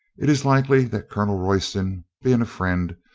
it is likely that colonel royston, being a friend,